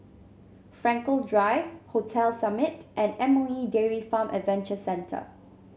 Frankel Drive Hotel Summit and M O E Dairy Farm Adventure Centre